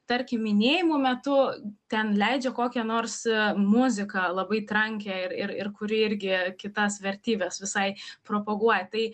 tarkim minėjimų metu ten leidžia kokią nors muziką labai trankią ir ir ir kuri irgi kitas vertybes visai propaguoja tai